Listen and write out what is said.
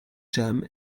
jam